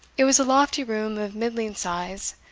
it was a lofty room of middling size,